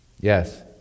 Yes